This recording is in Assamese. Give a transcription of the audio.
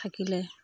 থাকিলে